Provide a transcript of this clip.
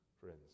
friends